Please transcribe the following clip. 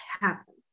happen